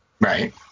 Right